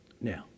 Now